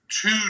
two